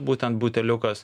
būtent buteliukas